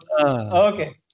okay